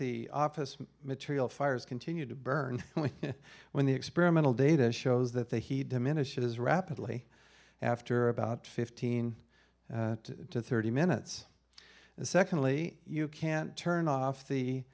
the office material fires continue to burn when the experimental data shows that they he diminishes rapidly after about fifteen to thirty minutes and secondly you can't turn off the